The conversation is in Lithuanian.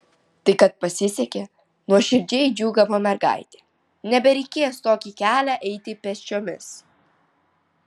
tai kad pasisekė nuoširdžiai džiūgavo mergaitė nebereikės tokį kelią eiti pėsčiomis